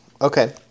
Okay